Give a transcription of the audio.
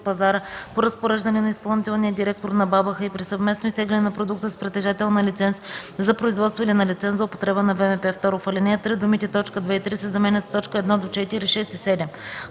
пазара по разпореждане на изпълнителния директор на БАБХ и при съвместно изтегляне на продукта с притежател на лиценз за производство или на лиценз за употреба на ВМП”. 2. В ал. 3 думите „т. 2 и 3” се заменят с „т.